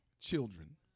children